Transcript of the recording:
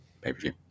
pay-per-view